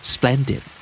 Splendid